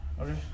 Okay